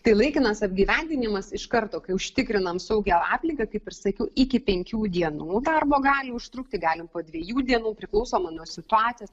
tai laikinas apgyvendinimas iš karto kai užtikrinam saugią aplinką kaip ir sakiau iki penkių dienų darbo gali užtrukti galim po dviejų dienų priklausomai nuo situacijos